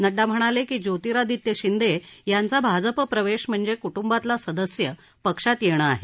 नङ्डा म्हणाले की ज्योतिरादित्य शिंदे यांचा भाजप प्रवेश म्हणजे कुटुंबातला सदस्य पक्षात येणं आहे